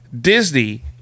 Disney